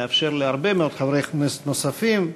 נאפשר להרבה מאוד חברי הכנסת נוספים,